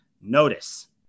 notice